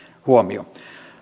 huomio